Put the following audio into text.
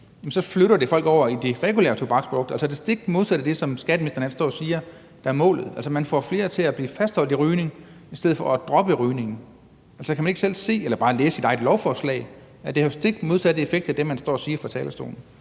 så flytter det folk over i det regulere tobaksforbrug, altså det stik modsatte af det, som skatteministeren står og siger er målet; man får flere til at fastholde rygning i stedet for at droppe rygning. Altså, kan man ikke selv se eller bare læse i sit eget lovforslag, at det har stik modsatte effekt af det, man står og siger på talerstolen?